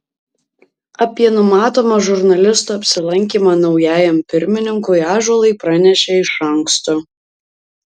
apie numatomą žurnalisto apsilankymą naujajam pirmininkui ąžuolui pranešė iš anksto